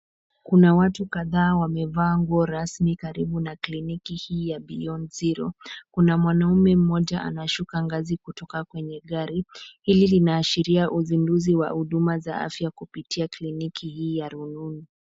Kuna watu kadhaa wamevaa nguo rasmi karibu na kliniki hii ya beyond zero kuna mwanaume mumoja ana shuka na ngazi kutoka kwenye gari hili lina ashira uzi wa huduma za afya kupitia kliniki hii ya rununu.